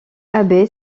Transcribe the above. abbé